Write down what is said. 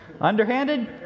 Underhanded